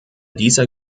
dieser